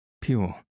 pure